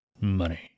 money